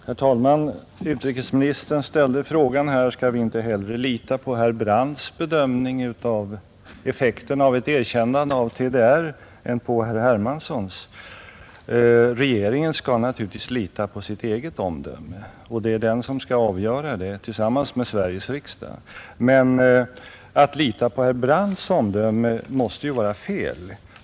Herr talman! Utrikesministern ställde frågan: Skall vi inte hellre lita på herr Brandts bedömning av effekterna av ett erkännande av TDR än på herr Hermanssons? Regeringen skall naturligtvis lita på sitt eget omdöme, och det är den som skall avgöra saken tillsammans med Sveriges riksdag. Att lita på herr Brandts omdöme måste ju vara fel.